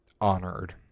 honored